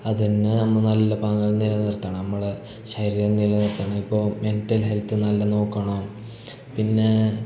അതന്നെ നമ്മൾ നല്ല പാങ്ങല് നിലനിർത്തണം നമ്മൾ ശരീരം നിലനിർത്തണം ഇപ്പോൾ മെൻ്റൽ ഹെൽത്ത് നല്ല നോക്കണം പിന്നെ